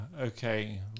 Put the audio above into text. Okay